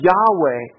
Yahweh